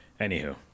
anywho